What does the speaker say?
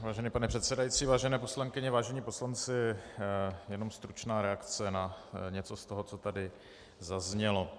Vážený pane předsedající, vážené poslankyně, vážení poslanci, jenom stručná reakce na něco z toho, co tady zaznělo.